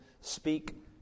speak